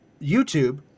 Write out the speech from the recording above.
YouTube